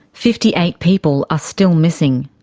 fifty-eight people are still missing.